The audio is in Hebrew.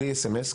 בלי אס.אמ.אס,